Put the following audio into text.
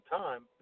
time